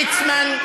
ליצמן,